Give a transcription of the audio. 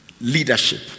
leadership